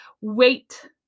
wait